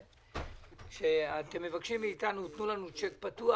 אתם מבקשים מאיתנו: תנו לנו צ'ק פתוח,